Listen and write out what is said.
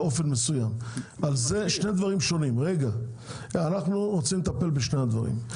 אנחנו רוצים לטפל בשני הדברים.